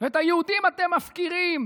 ואת היהודים אתם מפקירים.